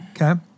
okay